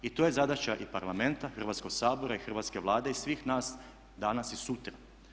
I to je zadaća i Parlamenta (Hrvatskog sabora) i Hrvatske vlade i svih nas danas i sutra.